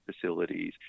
facilities